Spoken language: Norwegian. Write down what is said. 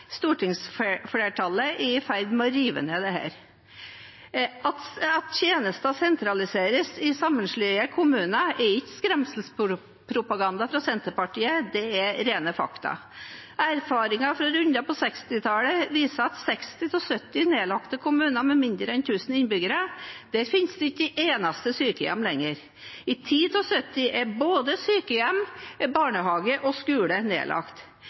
Stortingsflertallet er i ferd med å rive ned dette. At tjenester sentraliseres i sammenslåtte kommuner, er ikke skremselspropaganda fra Senterpartiet. Det er rene fakta. Erfaringene fra rundene på 1960-tallet, viser at i 60 av 70 nedlagte kommuner med mindre enn 1 000 innbyggere finnes det ikke lenger ett eneste sykehjem. I 10 av 70 er både sykehjem, barnehage og skole nedlagt.